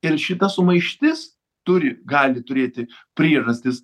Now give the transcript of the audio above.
ir šita sumaištis turi gali turėti priežastis